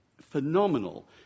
phenomenal